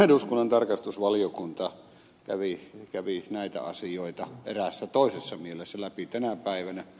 eduskunnan tarkastusvaliokunta kävi näitä asioita eräässä toisessa mielessä läpi tänä päivänä